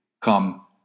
come